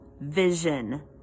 vision